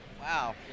Wow